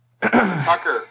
Tucker